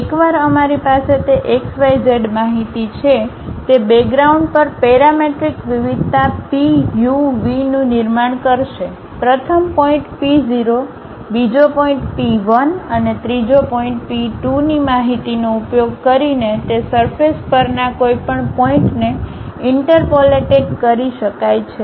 એકવાર અમારી પાસે તે એક્સ વાય ઝેડ માહિતી છે તે બેગ્રાઉન્ડ પર પેરામેટ્રિક વિવિધતા પી યુ વીનું નિર્માણ કરશે પ્રથમ પોઇન્ટ પી 0 બીજો પોઇન્ટ પી 1 અને ત્રીજો પોઇન્ટ પી 2 ની માહિતીનો ઉપયોગ કરીને તે સરફેસ પરના કોઈપણ પોઇન્ટને ઇન્ટરપોલેટેડ કરી શકાય છે